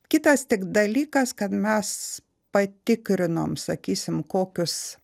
kitas tik dalykas kad mes patikrinom sakysim kokius